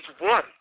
one